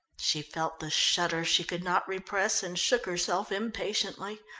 she felt the shudder she could not repress and shook herself impatiently.